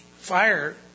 fire